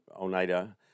Oneida